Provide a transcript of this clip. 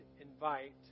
invite